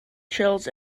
chills